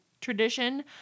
tradition